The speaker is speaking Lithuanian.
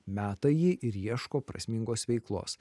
meta jį ir ieško prasmingos veiklos